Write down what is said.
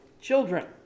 Children